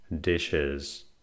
dishes